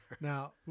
Now